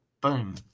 Boom